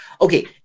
Okay